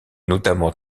notamment